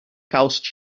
caos